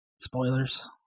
spoilers